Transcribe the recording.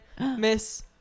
miss